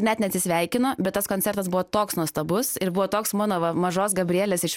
net neatsisveikino bet tas koncertas buvo toks nuostabus ir buvo toks mano va mažos gabrielės iš